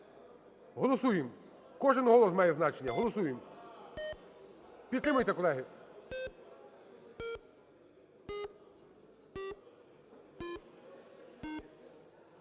Голосуємо, кожен голос має значення, голосуємо. Підтримайте, колеги.